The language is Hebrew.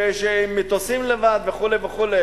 שעם מטוסים לבד וכו' וכו'.